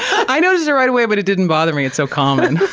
i noticed it right away but it didn't bother me, it's so common.